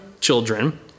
children